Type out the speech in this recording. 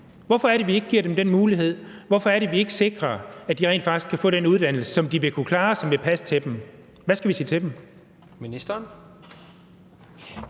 Hvorfor er det, at vi ikke giver dem den mulighed? Hvorfor er det, at vi ikke sikrer, at de rent faktisk kan få den uddannelse, som de vil kunne klare, og som vil passe til dem? Hvad skal vi sige til dem? Kl.